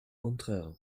contraire